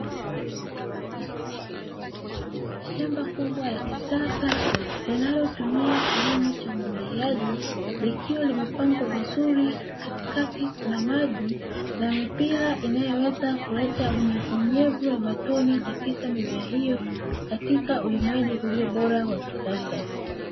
Shamba kubwa la kisasa, linalotumia kilimo cha umwagiliaji, likiwa limepandwa vizuri katikati kuna maji na mipira inayoweza kuleta unyevu nyevu wa matone katika mimea hiyo katika ulimaji ulio bora wa kisasa.